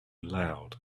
loud